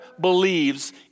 believes